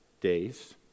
days